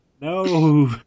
No